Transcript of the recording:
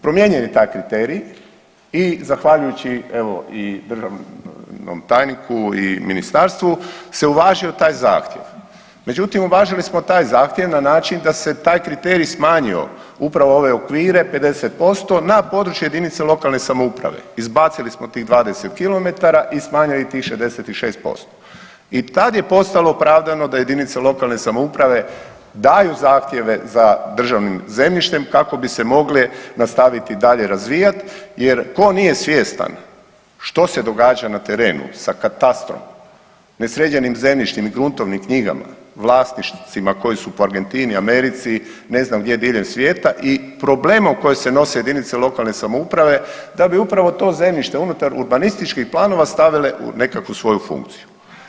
Promijenjen je taj kriterij i zahvaljujući evo i državnom tajniku i ministarstvu se uvažio taj zahtjev, međutim uvažili smo taj zahtjev na način da se taj kriterij smanjio upravo ove okvire 50% na području jedinice lokalne samouprave, izbacili smo tih 20 km i smanjili tih 66% i tad je postalo opravdano da jedinice lokalne samouprave daju zahtjeve za državnim zemljištem kako bi se mogli nastaviti dalje razvijat jer ko nije svjestan što se događa na terenu sa katastrom, nesređenim zemljišnim i gruntovnim knjigama, vlasnicima koji su po Argentini, Americi, ne znam gdje diljem svijeta i problema u kojoj se nose jedinice lokalne samouprave da bi upravo to zemljište unutar urbanističkih planova stavile u nekakvu svoju funkciju.